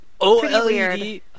OLED